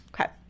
okay